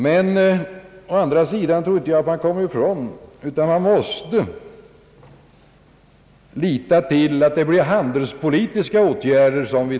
Jag tror att vi kommer att tvingas alt vidta handelspolitiska åtgärder.